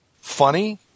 funny